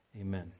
Amen